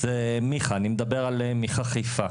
זה מיח"א, אני מדבר על מיח"א חיפה.